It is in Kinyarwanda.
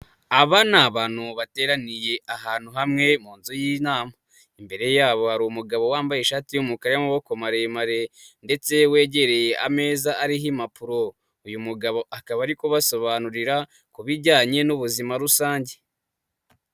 Aba ni abantu bateraniye ahantu hamwe mu nzu y'inama, imbere y'abo hari umugabo wambaye ishati y'umukara n'amaboko maremare ndetse wegereye ameza ariho impapuro, uyu mugabo akaba ari kubasobanurira, ku bijyanye n'ubuzima rusange.